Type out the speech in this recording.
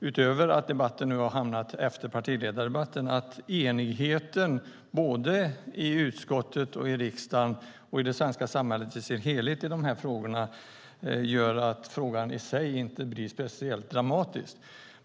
Förutom att debatten äger rum efter partiledardebatten är det kanske enigheten i dessa frågor, både i utskottet och i riksdagen liksom i det svenska samhället i dess helhet, som gör att frågan i sig inte blir speciellt dramatisk.